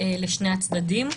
לשני הצדדים.